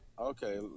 Okay